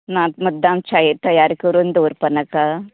ना मुद्दम चाये तयारी करून दोवरपा नाका